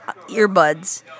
earbuds